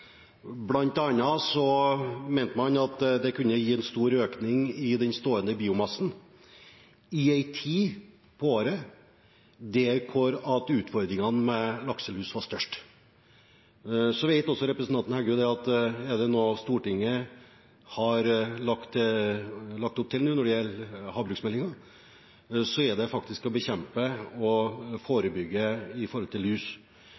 mente bl.a. at det kunne gi en stor økning i den stående biomassen i en tid på året der utfordringene med lakselus var størst. Så vet også representanten Heggø at er det noe Stortinget har lagt opp til nå, når det gjelder havbruksmeldingen, så er det å bekjempe og